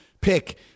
pick